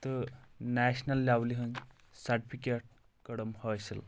تہٕ نیشنَل لٮ۪ولہِ ہٕنٛدۍ سَٹفِکٮ۪ٹ کٔرٕم حٲصِل